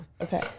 Okay